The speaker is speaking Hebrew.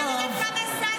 אני רוצה לדעת כמה ששי,